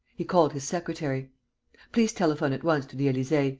he called his secretary please telephone at once to the elysee,